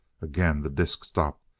again the disk stopped,